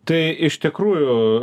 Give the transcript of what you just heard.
tai iš tikrųjų